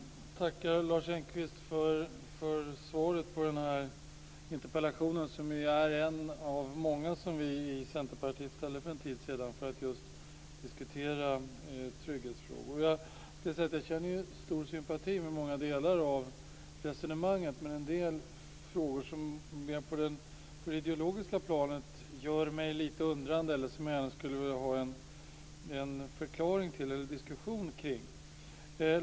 Fru talman! Jag tackar Lars Engqvist för svaret på den här interpellationen, som ju är en av många som vi i Centerpartiet ställde för en tid sedan för att diskutera just trygghetsfrågor. Jag känner stor sympati med många delar av resonemanget, men en del frågor som mer ligger på det ideologiska planet gör mig lite undrande. Jag skulle gärna vilja ha en förklaring till dem eller föra en diskussion kring dem.